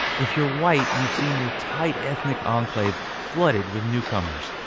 if you're white, you've seen your tight ethnic enclave flooded with newcomers.